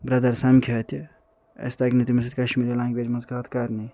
brother سمکھہِ ہا تہِ اسہِ تَگہِ نہٕ تٔمِس سۭتۍ کشمیری لنٛگویج منٛز کَتھ کرنی